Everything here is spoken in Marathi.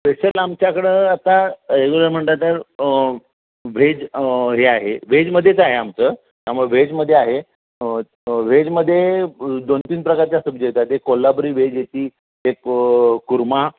स्पेशल आमच्याकडं आता रेग्युलर म्हटलं तर व्हेज हे आहे व्हेजमध्येच आहे आमचं त्यामुळं व्हेजमध्ये आहे व्हेजमध्ये दोन तीन प्रकारच्या सब्जी येतात एक कोल्हापुरी व्हेज येते एक कोरमा